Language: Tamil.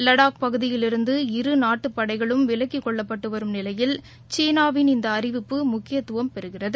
லடாக் பகுதியிலிருந்து இரு நாட்டுபடைகளும் விலக்கிக் கொள்ளப்பட்டுவரும் நிலையில் சீனாவின் இந்தஅறிவிப்பு முக்கியத்துவம் பெறுகிறது